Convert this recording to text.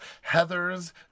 Heather's